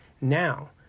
now